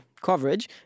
coverage